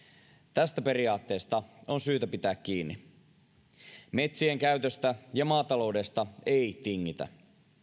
tästä periaatteesta on syytä pitää kiinni metsienkäytöstä ja maataloudesta ei tingitä